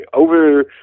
Over